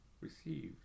received